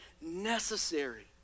necessary